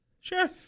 sure